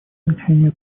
значение